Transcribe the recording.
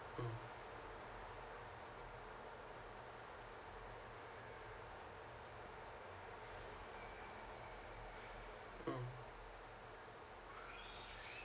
mm mm